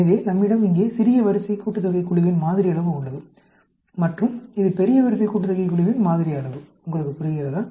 எனவே நம்மிடம் இங்கே சிறிய வரிசை கூட்டுத்தொகை குழுவின் மாதிரி அளவு உள்ளது மதுரம் இது பெரிய வரிசை கூட்டுத்தொகை குழுவின் மாதிரி அளவு உங்களுக்குப் புரிகிறதா